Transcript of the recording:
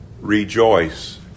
Rejoice